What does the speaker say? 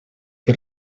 que